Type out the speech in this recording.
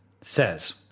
says